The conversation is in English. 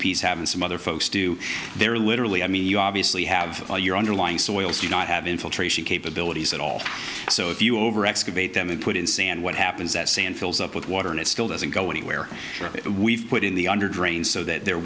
s have and some other folks do there literally i mean you obviously have all your underlying soils you don't have infiltrate capabilities at all so if you over excavate them and put in sand what happens that sand fills up with water and it still doesn't go anywhere we've put in the under drain so that there